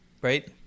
right